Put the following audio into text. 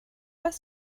was